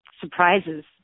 surprises